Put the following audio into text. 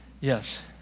yes